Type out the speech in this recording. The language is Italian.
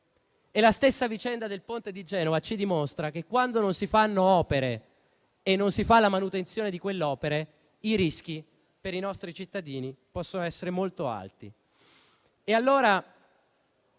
La stessa vicenda del ponte di Genova ci dimostra che, quando non si fanno opere e non si fa la manutenzione delle opere, i rischi per i nostri cittadini possono essere molto alti. Quando,